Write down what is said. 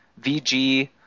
VG